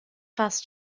fast